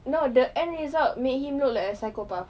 no the end result make him look like a psychopath